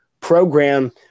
program